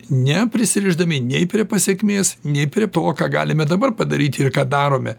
neprisirišdami nei prie pasekmės nei prie to ką galime dabar padaryti ir ką darome